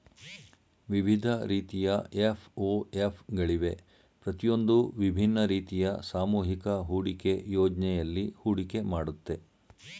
ವಿವಿಧ ರೀತಿಯ ಎಫ್.ಒ.ಎಫ್ ಗಳಿವೆ ಪ್ರತಿಯೊಂದೂ ವಿಭಿನ್ನ ರೀತಿಯ ಸಾಮೂಹಿಕ ಹೂಡಿಕೆ ಯೋಜ್ನೆಯಲ್ಲಿ ಹೂಡಿಕೆ ಮಾಡುತ್ತೆ